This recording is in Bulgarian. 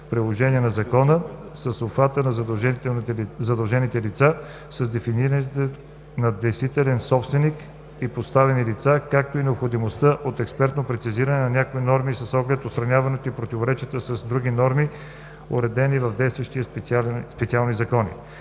правоприложение на Закона, с обхвата на задължените лица, с дефинициите на „действителен собственик“ и „подставени лица“, както и необходимост от експертно прецизиране на някои норми с оглед отстраняването на противоречието с други норми, уредени в действащите специални закони.